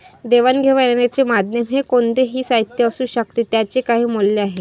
देवाणघेवाणीचे माध्यम हे कोणतेही साहित्य असू शकते ज्याचे काही मूल्य आहे